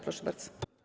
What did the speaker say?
Proszę bardzo.